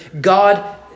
God